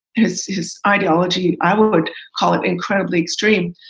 his his ideology, i would call it incredibly extreme.